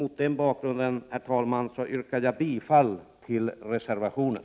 Mot denna bakgrund yrkar jag bifall till reservationen.